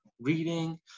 reading